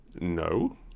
No